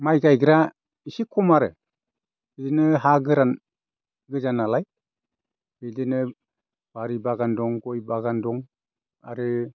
माइ गायग्रा इसे खम आरो बिदिनो हा गोरान गोजा नालाय बिदिनो बारि बागान दं गय बागान दं आरो